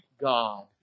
God